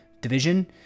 division